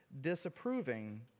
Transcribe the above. Disapproving